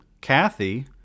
Kathy